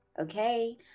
okay